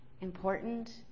important